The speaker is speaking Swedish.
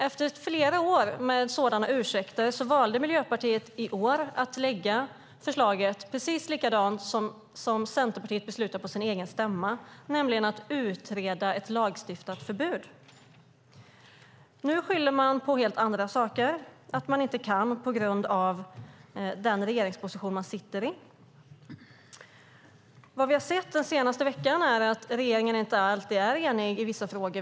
Efter flera år med sådana ursäkter valde Miljöpartiet i år att lägga fram ett precis likadant förslag som Centerpartiet beslutade om på sin egen stämma, nämligen att utreda ett lagstiftat förbud. Nu skyller man på helt andra saker, nämligen att man inte kan ställa sig bakom detta på grund av den regeringsposition man sitter i. Vad vi har sett den senaste veckan är att regeringen inte alltid är enig i vissa frågor.